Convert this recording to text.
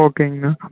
ஓகேங்கண்ணா